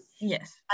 Yes